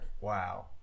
Wow